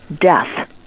death